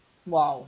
!wow!